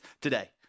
today